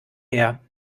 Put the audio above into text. her